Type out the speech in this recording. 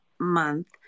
month